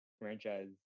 franchise